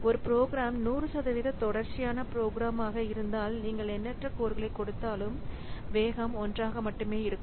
ஒரு ப்ரோக்ராம் 100 சதவிகித தொடர்ச்சியான ப்ரோகிராமாக இருந்தால் நீங்கள் எண்ணற்ற கோர்களை கொடுத்தாலும் வேகம் 1 ஆக மட்டுமே இருக்கும்